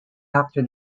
after